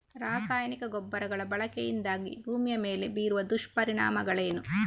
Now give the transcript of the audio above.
ರಾಸಾಯನಿಕ ಗೊಬ್ಬರಗಳ ಬಳಕೆಯಿಂದಾಗಿ ಭೂಮಿಯ ಮೇಲೆ ಬೀರುವ ದುಷ್ಪರಿಣಾಮಗಳೇನು?